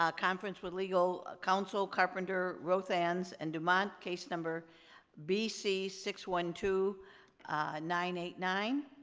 ah conference with legal counsel, carpenter rothans and dumont, case number b c six one two nine eight nine.